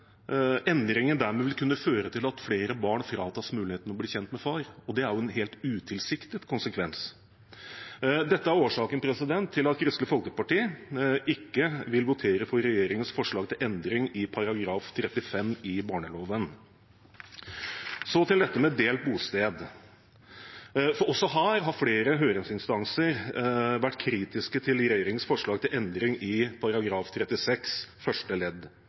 flere barn fratas muligheten til å bli kjent med far, og det er jo en helt utilsiktet konsekvens. Dette er årsaken til at Kristelig Folkeparti ikke vil votere for regjeringens forslag til endring i § 35 i barneloven. Så til dette med delt bosted, for her har flere høringsinstanser vært kritiske til regjeringens forslag til endring i § 36 første ledd,